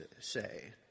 say